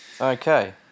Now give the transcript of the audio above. Okay